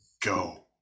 go